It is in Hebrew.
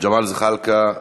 ג'מאל זחאלקה?